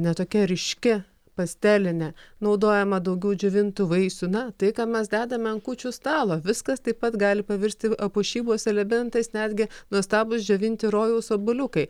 ne tokia ryški pastelinė naudojama daugiau džiovintų vaisių na tai ką mes dedame ant kūčių stalo viskas taip pat gali pavirsti puošybos elementais netgi nuostabūs džiovinti rojaus obuoliukai